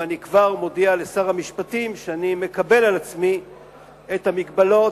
ואני כבר מודיע לשר המשפטים שאני מקבל על עצמי את המגבלות,